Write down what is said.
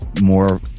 more